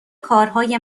کارهای